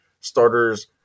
Starters